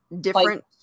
different